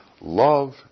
Love